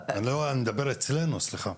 אני מדבר אצלינו, סליחה.